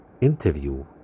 interview